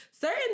certain